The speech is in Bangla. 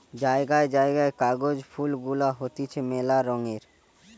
জায়গায় জায়গায় কাগজ ফুল গুলা হতিছে মেলা রঙের